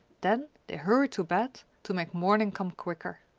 then they hurried to bed to make morning come quicker.